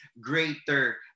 greater